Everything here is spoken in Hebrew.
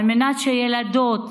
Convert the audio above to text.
כדי שילדות,